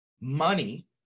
Money